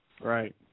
Right